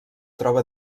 troba